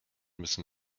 müssen